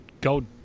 go